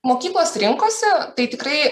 mokyklos rinkosi tai tikrai